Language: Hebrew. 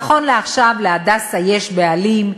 נכון לעכשיו ל"הדסה" יש בעלים,